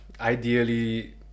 ideally